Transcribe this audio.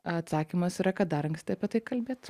atsakymas yra kad dar anksti apie tai kalbėt